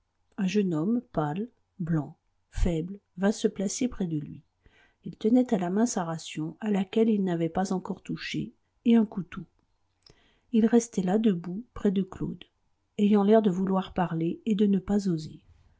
un jeune homme pâle blanc faible vint se placer près de lui il tenait à la main sa ration à laquelle il n'avait pas encore touché et un couteau il restait là debout près de claude ayant l'air de vouloir parler et de ne pas oser